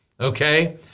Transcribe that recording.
Okay